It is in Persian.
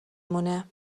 مونه